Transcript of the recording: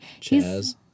Chaz